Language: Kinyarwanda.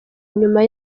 nyuma